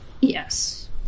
Yes